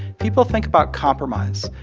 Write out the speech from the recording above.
people think about compromise.